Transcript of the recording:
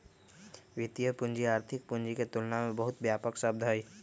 वित्तीय पूंजी आर्थिक पूंजी के तुलना में बहुत व्यापक शब्द हई